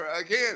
again